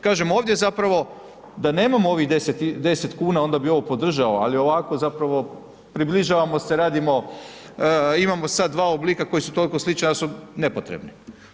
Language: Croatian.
Kažem ovdje zapravo da nemamo ovih 10 kuna onda bi ovo podržao, ali ovako zapravo približavamo se, radimo imamo sad dva oblika koji su tolko slični da su nepotrebni.